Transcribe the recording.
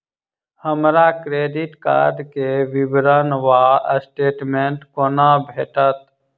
हमरा credit card केँ विवरण वा स्टेटमेंट कोना भेटत?